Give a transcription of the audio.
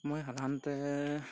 মই সাধাৰণতে